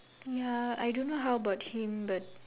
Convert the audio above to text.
ya I don't know how about him but